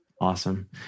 awesome